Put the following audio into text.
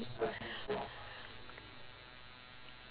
ya but but now to you is shit already lah